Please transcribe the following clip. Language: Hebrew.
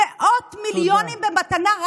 מאות מיליונים במתנה,